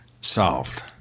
solved